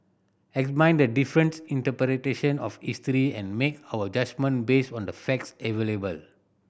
the difference interpretation of history and make our judgement based on the facts available